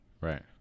Right